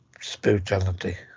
spirituality